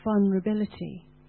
vulnerability